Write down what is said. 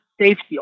safety